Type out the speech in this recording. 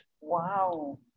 Wow